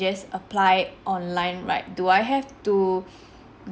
just apply online right do I have to